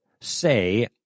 say